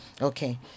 Okay